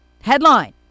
Headline